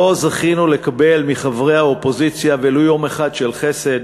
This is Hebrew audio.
לא זכינו לקבל מחברי האופוזיציה ולו יום אחד של חסד.